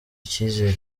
icyizere